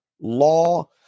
law